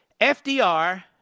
FDR